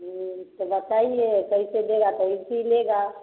तो बताइए कैसे देगा त ईसी लेगा